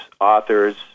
authors